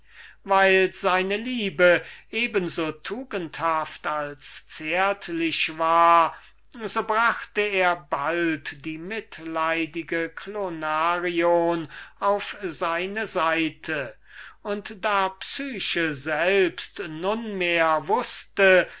weil seine liebe eben so tugendhaft als zärtlich war so brachte er bald die mitleidige clonarion auf seine seite und da psyche selbst nunmehr wußte